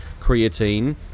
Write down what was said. creatine